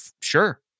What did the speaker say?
sure